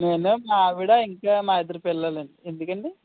నేను మా ఆవిడ ఇంకా మా ఇద్దరు పిల్లలండీ ఎందుకండీ